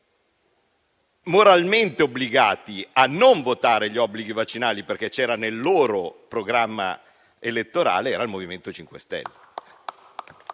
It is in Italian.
moralmente obbligati a non votare gli obblighi vaccinali, perché era inserito nel loro programma elettorale e questo era il MoVimento 5 Stelle.